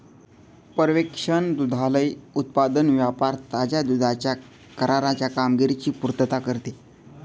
पर्यवेक्षण दुग्धालय उत्पादन व्यापार ताज्या दुधाच्या कराराच्या कामगिरीची पुर्तता करते